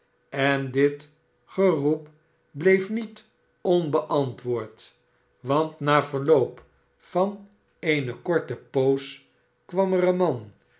en dit geroep bleef met onbeantwoord want na verloop van eene korte poos kwam een man